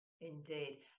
Indeed